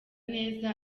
neza